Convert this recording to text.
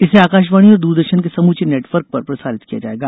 इसे आकाशवाणी और दूरदर्शन के समूचे नेटवर्क पर प्रसारित किया जायेगा